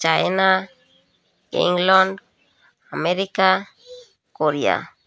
China England America Korea